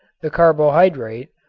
the carbohydrate,